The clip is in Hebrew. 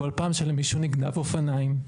כול פעם שלמישהו נגנבים אופניים,